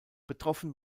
betroffen